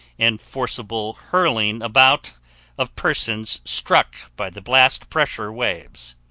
and forceable hurling about of persons struck by the blast pressure waves.